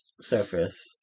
surface